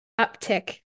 uptick